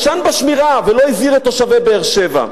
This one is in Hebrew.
ישן בשמירה ולא הזהיר את תושבי באר-שבע.